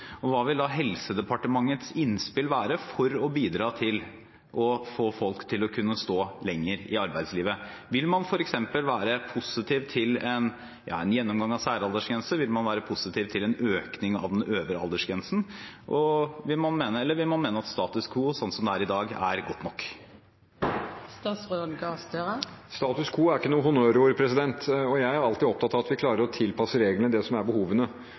Hva vil da Helsedepartementets innspill være for å bidra til å få folk til å kunne stå lenger i arbeidslivet? Vil man f.eks. være positiv til en gjennomgang av særaldersgrenser, vil man være positiv til en økning av den øvre aldersgrensen, eller vil man mene at status quo – sånn som det er i dag – er godt nok? «Status quo» er ikke noe honnørord. Jeg er alltid opptatt av at vi klarer å tilpasse reglene til behovene. Det store overordnede behovet i helsesektoren er